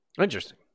Interesting